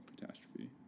catastrophe